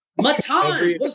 Matan